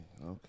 okay